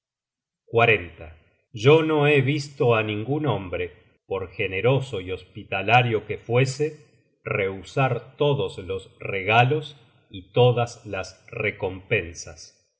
incierto yo no he visto á ningun hombre por generoso y hospitalario que fuese rehusar todos los regalos y todas las recompensas